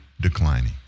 declining